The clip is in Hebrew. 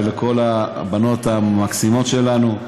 ולכל הבנות המקסימות שלנו.